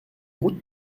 route